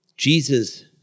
Jesus